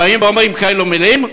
באים ואומרים כאלה מילים?